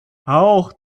auch